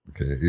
Okay